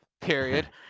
period